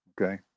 Okay